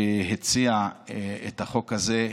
שהציע את החוק הזה,